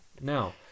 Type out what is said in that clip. Now